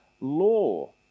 law